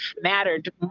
mattered